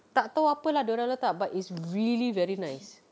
tak tahu apa lah yang dorang letak but it's really very nice